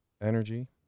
energy